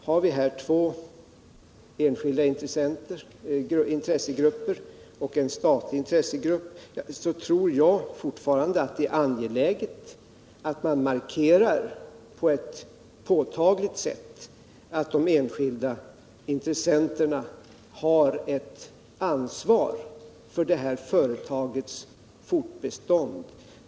Har vi här två enskilda intressegrupper och en statlig intressegrupp tror jag fortfarande att det är angeläget att man på ett påtagligt sätt markerar att de enskilda intressenterna har ett ansvar för företagets fortbestånd.